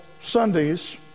Sundays